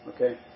okay